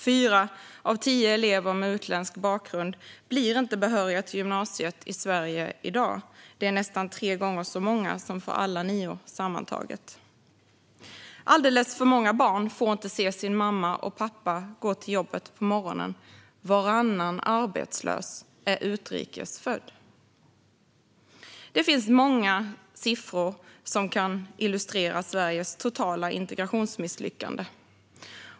Fyra av tio elever med utländsk bakgrund i Sverige blir inte behöriga till gymnasiet i dag. Det är nästan tre gånger så många som för alla nior sammantaget. Det är alldeles för många barn som inte får se sin mamma och pappa gå till jobbet på morgonen. Varannan arbetslös är utrikes född. Det finns många siffror som kan illustrera Sveriges totala integrationsmisslyckande.